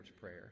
Prayer